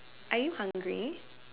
are you hungry